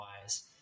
wise